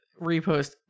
Repost